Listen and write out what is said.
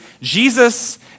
Jesus